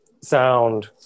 sound